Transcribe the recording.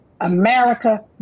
America